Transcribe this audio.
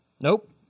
nope